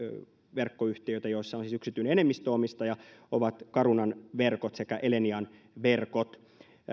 verkkoyhtiöitä joissa siis on yksityinen enemmistöomistaja ovat carunan verkot sekä elenian verkot